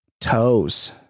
toes